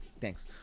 Thanks